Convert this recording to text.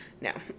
no